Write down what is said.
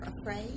afraid